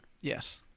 Yes